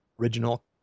original